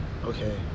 okay